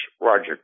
Roger